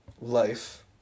life